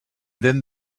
then